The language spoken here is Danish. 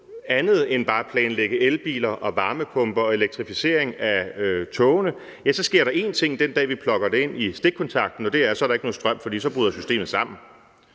andet end bare at planlægge elbiler og varmepumper og elektrificering af togene, ja, så sker der én ting, den dag vi plugger det ind i stikkontakten, og det er, at der så ikke er noget støm, for så bryder systemet sammen.